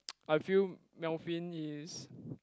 I feel Melvin is